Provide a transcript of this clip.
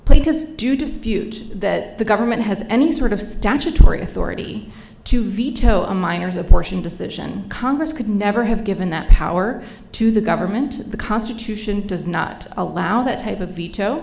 places do dispute that the government has any sort of statutory authority to veto a miner's abortion decision congress could never have given that power to the government the constitution does not allow that type of veto